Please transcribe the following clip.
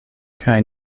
kaj